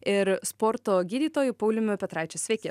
ir sporto gydytoju pauliumi petraičiu